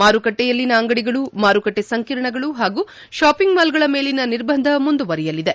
ಮಾರುಕಟ್ಟೆಗಳಲ್ಲಿನ ಅಂಗಡಿಗಳು ಮಾರುಕಟ್ಟೆ ಸಂಕಿರ್ಣಗಳು ಹಾಗೂ ಶಾಪಿಂಗ್ ಮಾಲ್ಗಳ ಮೇಲಿನ ನಿರ್ಬಂಧ ಮುಂದುವರೆಯಲಿದೆ